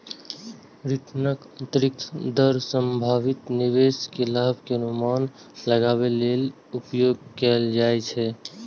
रिटर्नक आंतरिक दर संभावित निवेश के लाभ के अनुमान लगाबै लेल उपयोग कैल जाइ छै